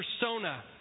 persona